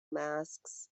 masks